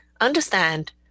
understand